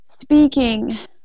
speaking